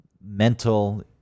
mental